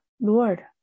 Lord